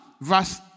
Verse